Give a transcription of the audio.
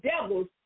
devils